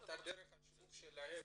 את דרך השיווק שלהם,